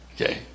Okay